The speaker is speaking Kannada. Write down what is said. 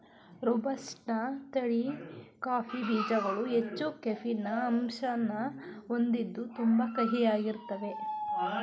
ರೋಬಸ್ಟ ತಳಿ ಕಾಫಿ ಬೀಜ್ಗಳು ಹೆಚ್ಚು ಕೆಫೀನ್ ಅಂಶನ ಹೊಂದಿದ್ದು ತುಂಬಾ ಕಹಿಯಾಗಿರ್ತಾವೇ